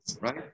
right